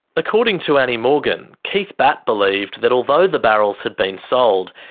according to annie morgan, keith batt believed that although the barrels had been sold,